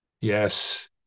Yes